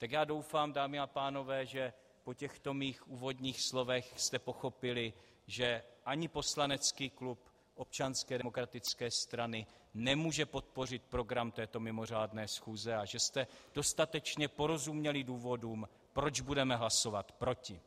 Tak já doufám, dámy a pánové, že po těchto mých úvodních slovech jste pochopili, že ani poslanecký klub ODS nemůže podpořit program této mimořádné schůze a že jste dostatečně porozuměli důvodům, proč budeme hlasovat proti.